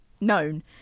known